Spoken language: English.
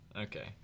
Okay